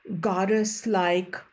goddess-like